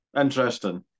interesting